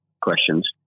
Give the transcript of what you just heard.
questions